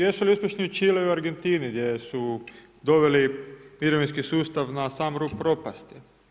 Jesu li uspješni u Čileu i Argentini gdje su doveli mirovinski sustav za sam rub propasti?